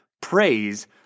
praise